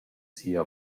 sia